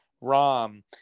Rom